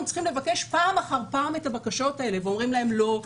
צריכים לבקש פעם אחר פעם את הבקשות האלה ואומרים להם לא,